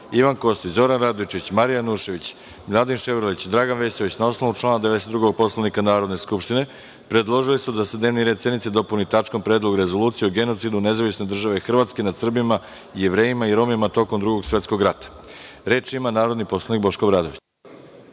Ivan Kostić, Zoran Radojičić, Marija Janjušević, prof. dr Miladin Ševarlić i dr Dragan Vesović, na osnovu člana 92. Poslovnika Narodne skupštine, predložili su da se dnevni red sednice dopuni tačkom – Predlog rezolucije o genocidu Nezavisne države Hrvatske nad Srbima, Jevrejima i Romima tokom Drugog svetskog rata. Reč ima narodni poslanik Boško Obradović.